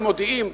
ומודיעים,